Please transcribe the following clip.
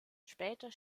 später